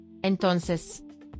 entonces